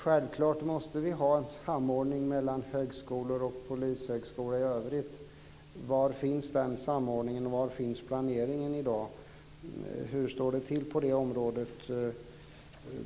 Självfallet måste vi ha en samordning mellan högskolor och polishögskolor. Var finns den samordningen? Var finns planeringen i dag? Hur står det till på det området?